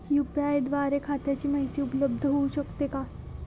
UPI द्वारे खात्याची माहिती उपलब्ध होऊ शकते का?